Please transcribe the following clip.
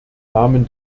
namen